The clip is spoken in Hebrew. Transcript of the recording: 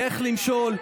איך למשול,